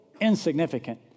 insignificant